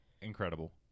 incredible